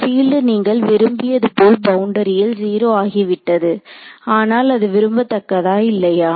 field நீங்கள் விரும்பியது போல் பவுண்டரியில் 0 ஆகி விட்டது ஆனால் அது விரும்பத்தக்கதா இல்லையா